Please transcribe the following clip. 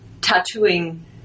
tattooing